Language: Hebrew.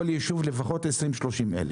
כל יישוב לפחות 30,000-20,000.